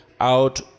out